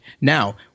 Now